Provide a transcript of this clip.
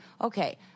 okay